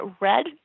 RED